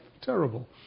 terrible